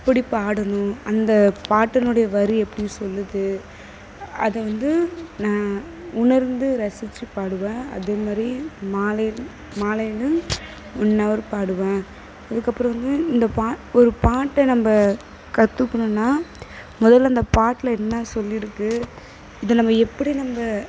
எப்படி பாடணும் அந்த பாட்டினுடைய வரி எப்படி சொல்லுது அதை வந்து நான் உணர்ந்து ரசிச்சு பாடுவேன் அதேமாதிரி மாலை மாலையிலும் ஒன் ஹவர் பாடுவேன் அதுக்கப்புறம் வந்து இந்த பா ஒரு பாட்டை நம்ம கத்துக்கணுனா முதல்ல அந்த பாட்டில என்ன சொல்லியிருக்கு இதை நம்ம எப்படி நம்ம